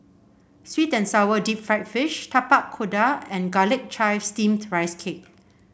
sweet and sour Deep Fried Fish Tapak Kuda and Garlic Chives Steamed Rice Cake